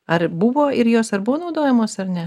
ar buvo ir jos ar buvo naudojamos ar ne